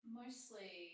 mostly